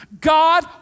God